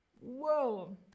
Whoa